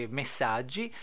messaggi